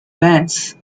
bands